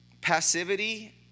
Passivity